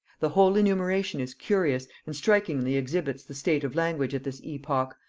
the whole enumeration is curious, and strikingly exhibits the state of language at this epoch,